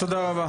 תודה רבה.